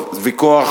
טוב, ויכוח.